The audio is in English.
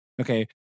Okay